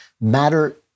matter